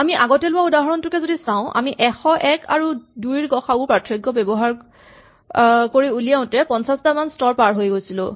আমি আগতে লোৱা উদাহৰণটোকে যদি চাওঁ আমি ১০১ আৰু ২ ৰ গ সা উ পাৰ্থক্য ব্যৱহাৰ কৰি উলিয়াওতে ৫০ টা মান স্তৰ পাৰ হৈছিলো